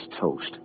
toast